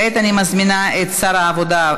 כעת אני מזמינה את שר העבודה,